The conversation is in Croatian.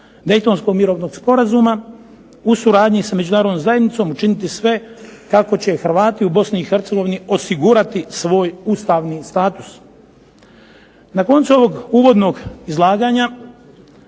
Daytonskog mirovnog sporazuma u suradnji s Međunarodnom zajednicom učiniti sve kako će Hrvati u Bosni i Hercegovini osigurati svoj ustavni status. Na koncu ovog uvodnog izlaganja